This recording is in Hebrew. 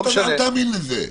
אל תאמין לזה.